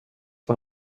vad